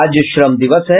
आज श्रम दिवस है